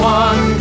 one